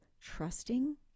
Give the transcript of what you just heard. trusting